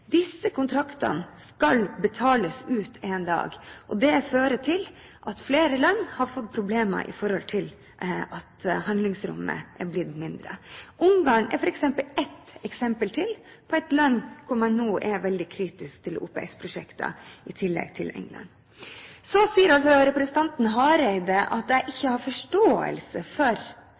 Disse kontraktene skal betales ut en dag. Det fører til at flere land har fått problemer med at handlingsrommet er blitt mindre. Ungarn er f.eks. ett eksempel til på et land hvor man nå er veldig kritisk til OPS-prosjekter, i tillegg til Storbritannia. Så sier representanten Hareide at jeg ikke har forståelse for